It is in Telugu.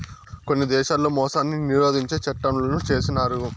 కొన్ని దేశాల్లో మోసాన్ని నిరోధించే చట్టంలను చేసినారు